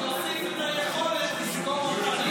לא רק הארכה --- זה להוסיף את היכולת לסגור אתרים.